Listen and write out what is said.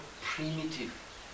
primitive